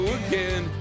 again